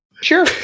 sure